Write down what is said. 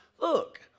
look